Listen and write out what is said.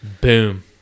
boom